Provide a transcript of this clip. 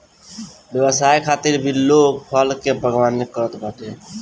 व्यवसाय खातिर भी लोग फल के बागवानी करत बाटे